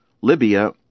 Libya